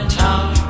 town